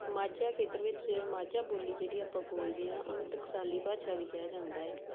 ਮਾਝਾ ਖੇਤਰ ਵਿੱਚ ਮਾਝਾ ਬੋਲੀ ਜਿਹੜੀ ਆਪਾਂ ਬੋਲਦੇ ਹਾਂ ਉਹਨੂੰ ਟਕਸਾਲੀ ਭਾਸ਼ਾ ਵੀ ਕਿਹਾ ਜਾਂਦਾ ਹੈ